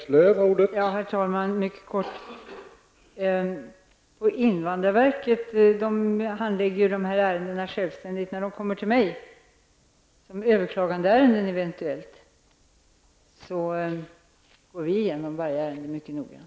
Herr talman! Jag skall fatta mig mycket kort. På invandrarverket handlägger man dessa ärenden självständigt. När de ärenden som har överklagats kommer till mig, går vi på departementet igenom dem mycket nogrant.